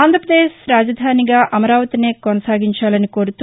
ఆంధ్రప్రదేశ్ రాజధానిగా అమరావతినే కొనసాగించాలని కోరుతూ